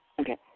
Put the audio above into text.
Okay